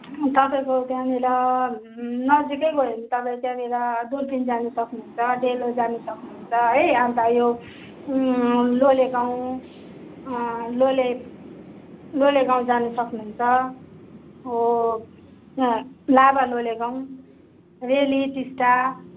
तपाईँको त्यहाँनिर नजिकै गयो भने तपाईँ त्यहाँनिर दुर्पिन जानु सक्नुहुन्छ डेलो जानु सक्नुहुन्छ है अन्त यो लोले गाउँ लोले लोले गाउँ जानु सक्नुहुन्छ हो लाभा लोले गाउँ रेली टिस्टा